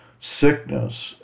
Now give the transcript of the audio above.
sickness